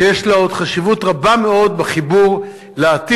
שיש לה עוד חשיבות רבה מאוד בחיבור לעתיד,